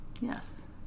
Yes